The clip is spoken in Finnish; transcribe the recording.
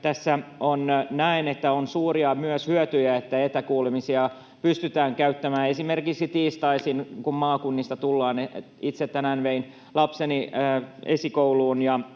tässä on myös suuria hyötyjä, että etäkuulemisia pystytään käyttämään esimerkiksi tiistaisin, kun maakunnista tullaan. Itse tänään vein lapseni esikouluun, ja